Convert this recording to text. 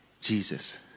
Jesus